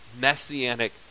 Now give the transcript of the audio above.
messianic